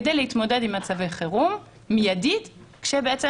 כדי להתמודד עם מצבי חירום מיידית כשבעצם